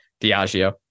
diageo